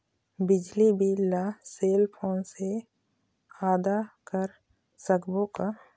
बिजली बिल ला cell phone से आदा कर सकबो का?